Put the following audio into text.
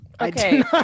Okay